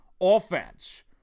offense